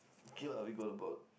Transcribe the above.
okay lah we got about